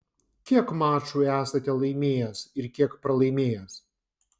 kiek mačų esate laimėjęs ir kiek pralaimėjęs